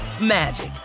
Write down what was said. magic